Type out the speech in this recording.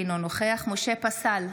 אינו נוכח משה פסל,